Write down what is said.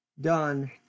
done